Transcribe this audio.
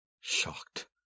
Shocked